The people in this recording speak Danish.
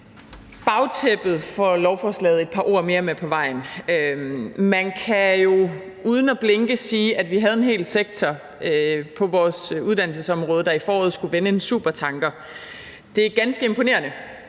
bagtæppet for lovforslaget et par ord mere med på vejen. Man kan jo uden at blinke sige, at vi havde en hel sektor på vores uddannelsesområde, der i foråret skulle vende en supertanker. Det er ganske imponerende,